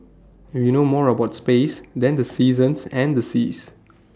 we know more about space than the seasons and the seas